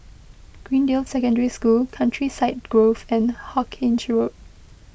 Greendale Secondary School Countryside Grove and Hawkinge Road